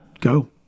go